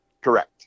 Correct